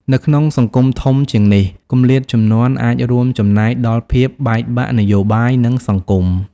នៅក្នុងសង្គមធំជាងនេះ គម្លាតជំនាន់អាចរួមចំណែកដល់ភាពបែកបាក់នយោបាយ និងសង្គម។